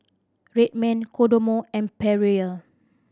Red Man Kodomo and Perrier